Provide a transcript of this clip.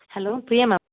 hello Priya ma'am